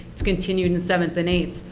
it's continued in seventh and eighth.